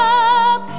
up